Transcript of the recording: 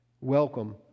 Welcome